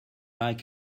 like